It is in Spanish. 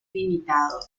limitado